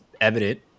evident